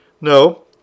No